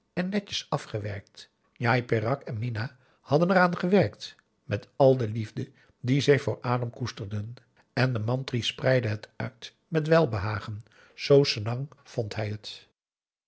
en netjes afgewerkt njai peraq en minah hadden eraan gewerkt met al de liefde die zij voor adam koesterden en de mantri spreidde het uit met welbehagen zoo senang vond hij het